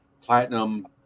platinum